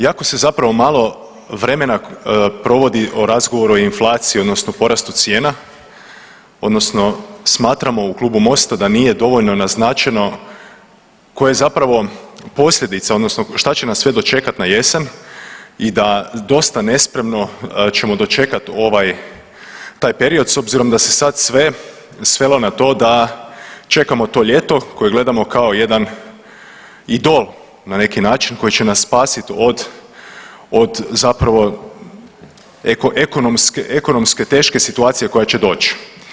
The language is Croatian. Jako se zapravo malo vremena provodi u razgovoru o inflaciji, odnosno porastu cijena, odnosno smatramo u klubu MOST-a da nije dovoljno naznačeno koje zapravo posljedice, odnosno šta će nas sve dočekati na jesen i da dosta nespremno ćemo dočekati taj period s obzirom da se sad sve svelo na to da čekamo to ljeto koje gledamo kao jedan idol na neki način koji će nas spasiti od zapravo ekonomske teške situacije koja će doći.